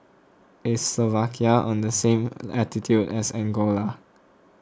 is Slovakia on the same latitude as Angola